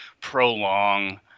prolong